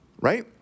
Right